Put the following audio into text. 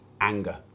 anger